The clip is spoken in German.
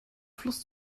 fluss